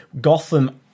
Gotham